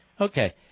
Okay